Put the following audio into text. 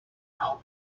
know